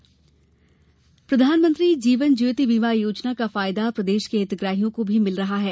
जीवन ज्योति प्रधानमंत्री जीवन ज्योति बीमा योजना का फायदा प्रदेश के हितग्राहियों को भी मिल रहा है